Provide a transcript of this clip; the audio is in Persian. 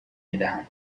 میدهند